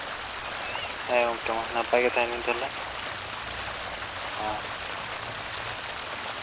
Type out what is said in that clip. ᱦᱮᱸ ᱜᱚᱝᱠᱮ ᱢᱟ ᱱᱟᱯᱟᱭ ᱜᱮ ᱛᱟᱦᱮᱱ ᱵᱤᱱ ᱛᱟᱦᱚᱞᱮ ᱦᱮᱸ